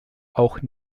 auch